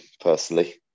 personally